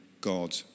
God